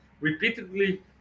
repeatedly